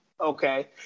okay